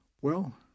Well